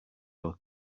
your